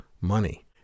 money